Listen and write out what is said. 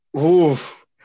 Oof